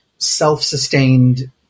self-sustained